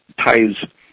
ties